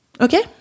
Okay